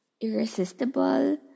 irresistible